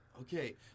Okay